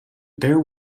bare